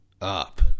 up